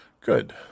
Good